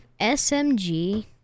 SMG